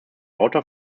water